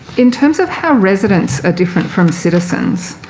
in terms of how residents are different from citizens,